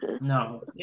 No